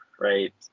right